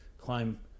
climb